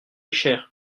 cher